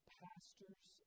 pastor's